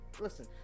listen